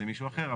למישהו אחר,